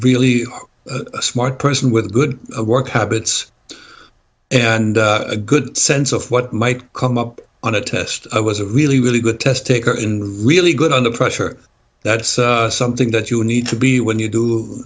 really smart person with good work habits and a good sense of what might come up on a test i was a really really good test takers and really good under pressure that's something that you need to be when you do